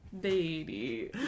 baby